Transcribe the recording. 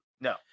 No